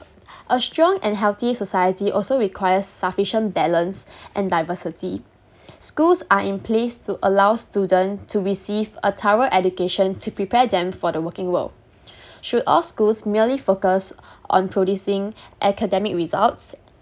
a strong and healthy society also requires sufficient balance and diversity schools are in place to allow student to receive a thorough education to prepare them for the working world should all schools merely focus on producing academic results